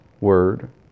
word